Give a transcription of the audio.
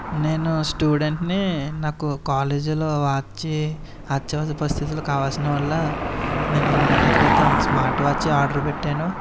నేను స్టూడెంట్ని నాకు కాలేజీలో వాచ్చి అత్యవసర పరిస్థితుల్లో కావలసిన వల్ల నేను రెండు నెలల క్రితం స్మార్ట్ వాచ్చి ఆర్డర్ పెట్టాను